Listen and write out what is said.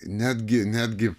netgi netgi